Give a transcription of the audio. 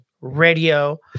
Radio